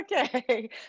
Okay